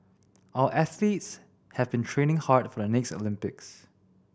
our athletes have been training hard for the next Olympics